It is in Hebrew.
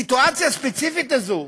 הסיטואציה הספציפית הזו,